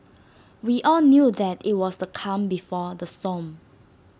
we all knew that IT was the calm before the storm